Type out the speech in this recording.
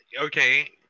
okay